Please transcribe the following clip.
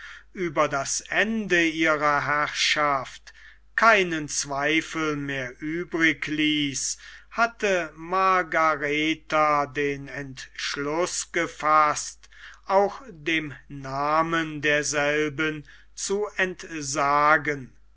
über das ende ihrer herrschaft keinen zweifel mehr übrig ließ hatte margaretha den entschluß gefaßt auch dem namen derselben zu entsagen